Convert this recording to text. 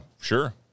sure